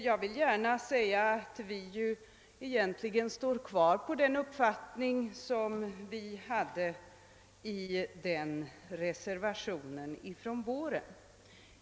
Jag vill gärna påpeka att vi står kvar vid den uppfattning som vi framförde i denna reservation under våren.